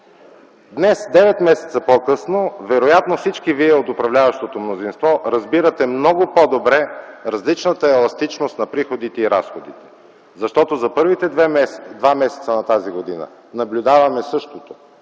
Днес, девет месеца по-късно, вероятно всички вие от управляващото мнозинство разбирате много по-добре различната еластичност на приходите и разходите, защото за първите два месеца на тази година наблюдаваме същото.